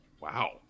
Wow